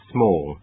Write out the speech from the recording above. Small